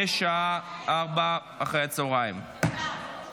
אושרה בקריאה ראשונה ותעבור לדיון,